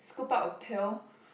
scoop up a pail